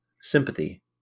sympathy